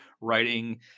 writing